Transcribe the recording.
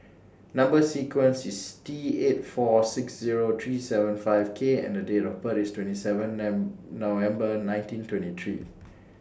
Number sequence IS T eight four six Zero three seven five K and Date of birth IS twenty seven November nineteen twenty three